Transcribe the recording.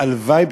הלוואי ב-50%.